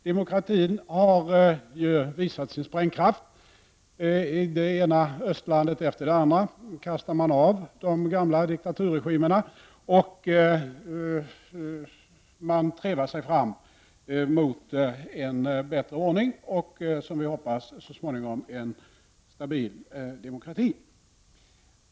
Demokratin har visat sin sprängkraft. I det ena östlandet efter det andra kastar man av de gamla diktaturregimerna, och man trevar sig fram mot en bättre ordning och, som vi hoppas, så småningom en stabil demokrati.